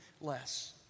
less